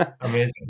Amazing